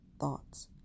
thoughts